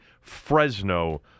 Fresno